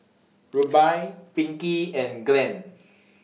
Rubye Pinkey and Glenn